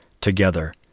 Together